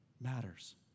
matters